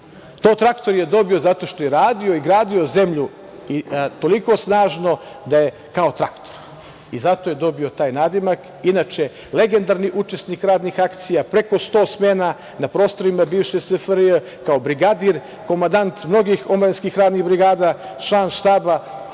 To traktor je dobio zato što je radio i gradio zemlju toliko snažno da je kao traktor i zato je dobio taj nadimak. Inače, legendarni je učesnik radnih akcija, preko smena na prostorima bivše SFRJ kao brigadir, komandant mnogih omladinskih radnih brigada, član štaba